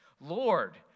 Lord